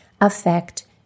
affect